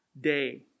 day